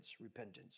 repentance